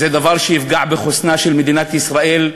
זה דבר שיפגע בחוסנה של מדינת ישראל.